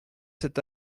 cet